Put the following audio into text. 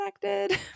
connected